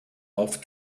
off